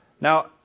Now